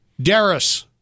Darris